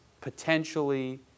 potentially